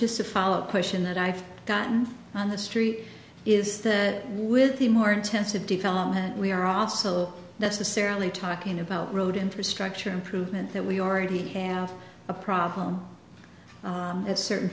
just a follow up question that i've gotten on the street is that with the more intensive development we are also necessarily talking about road infrastructure improvement that we already have a problem at certain